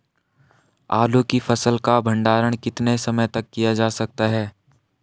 आलू की फसल का भंडारण कितने समय तक किया जा सकता है?